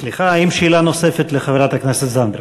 האם יש שאלה נוספת לחברת הכנסת זנדברג?